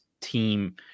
team